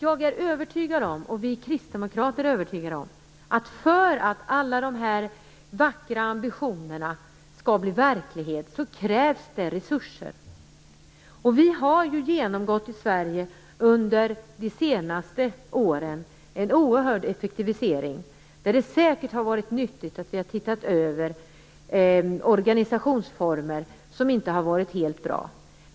Jag är övertygad om, och vi kristdemokrater är övertygade om, att för att alla dessa vackra ambitioner skall bli verklighet krävs det resurser. Vi har ju under de senaste åren genomgått en oerhörd effektivisering i Sverige, och det har säkert varit nyttigt att vi har tittat över organisationsformer som inte har varit helt bra.